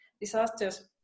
disasters